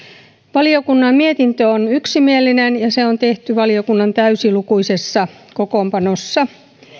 valiokunnan mietintö on yksimielinen ja se on tehty valiokunnan täysilukuisessa kokoonpanossa